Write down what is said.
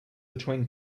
between